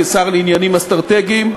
כשר לעניינים אסטרטגיים,